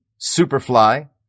Superfly